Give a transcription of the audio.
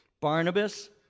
Barnabas